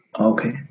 Okay